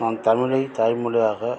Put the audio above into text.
நான் தமிழை தாய் மொழியாக